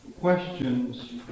questions